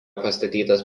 pastatytas